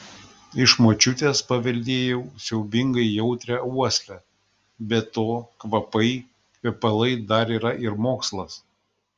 iš močiutės paveldėjau siaubingai jautrią uoslę be to kvapai kvepalai dar yra ir mokslas